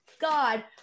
God